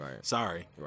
Sorry